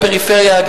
הפערים.